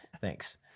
Thanks